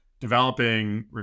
developing